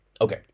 okay